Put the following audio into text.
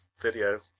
video